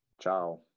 Ciao